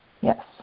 Yes